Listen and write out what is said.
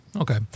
Okay